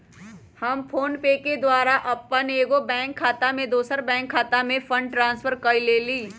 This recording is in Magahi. हम फोनपे के द्वारा अप्पन एगो बैंक खता से दोसर बैंक खता में फंड ट्रांसफर क लेइले